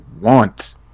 want